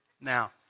Now